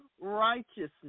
righteousness